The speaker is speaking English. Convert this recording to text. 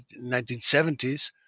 1970s